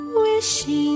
wishing